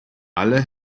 alle